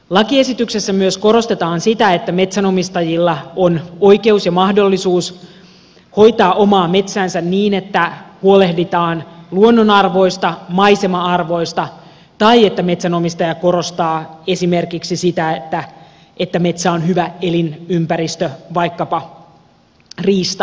lakiesityksessä myös korostetaan sitä että metsänomistajilla on oikeus ja mahdollisuus hoitaa omaa metsäänsä niin että huolehditaan luonnonarvoista maisema arvoista tai että metsänomistaja korostaa esimerkiksi sitä että metsä on hyvä elinympäristö vaikkapa riistalinnuille